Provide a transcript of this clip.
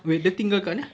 wait dia tinggal kat mana